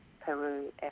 Peru